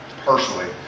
personally